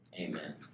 Amen